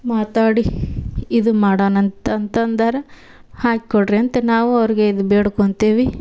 ಮಾತಾಡಿ ಇದು ಮಾಡಣ್ ಅಂತಂತ ಅಂದರ ಹಾಕ್ಕೊಡಿ ರೀ ಅಂತ ನಾವು ಅವರಿಗೆ ಇದು ಬೇಡ್ಕೊತಿವಿ